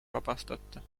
vabastata